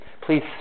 Please